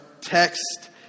text